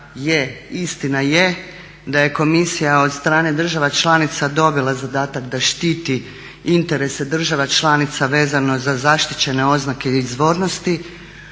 istina je da je komisija od strane država članica dobila zadatak da štiti interese država članica vezano za zaštićene oznake izvornosti